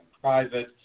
private